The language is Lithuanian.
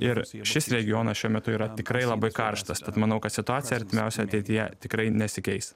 ir šis regionas šiuo metu yra tikrai labai karštas tad manau kad situacija artimiausioje ateityje tikrai nesikeis